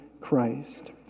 Christ